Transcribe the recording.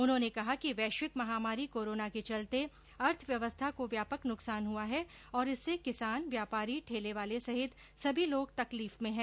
उन्होने कहा कि वैश्विक महामारी कोरोना के चलते अर्थव्यवस्था को व्यापक नुकसान हुआ है और इससे किसान व्यापारी ठेले वाले सहित सभी लोग तकलीफ में हैं